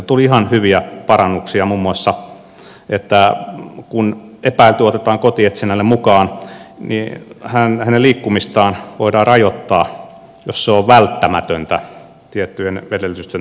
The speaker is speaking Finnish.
tuli ihan hyviä parannuksia muun muassa se että kun epäilty otetaan kotietsinnälle mukaan niin hänen liikkumistaan voidaan rajoittaa jos se on välttämätöntä tiettyjen edellytysten takia